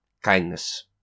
Kindness